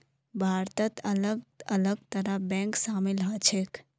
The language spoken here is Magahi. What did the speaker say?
भारतत अलग अलग तरहर बैंक शामिल ह छेक